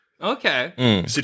Okay